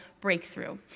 breakthrough